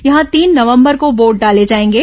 यहां तीन नवंबर को वोट डाले जाएंगे